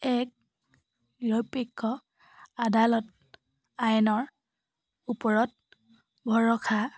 এক নিৰপেক্ষ আদালত আইনৰ ওপৰত ভৰষা